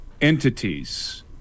entities